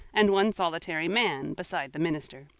and one solitary man, beside the minister.